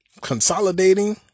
consolidating